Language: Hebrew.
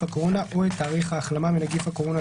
הקורונה או את תאריך ההחלמה מנגיף הקורונה,